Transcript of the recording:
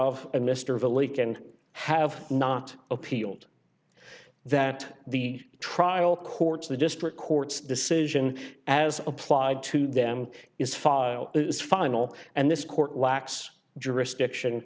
lake and have not appealed that the trial courts the district court's decision as applied to them is file is final and this court lacks jurisdiction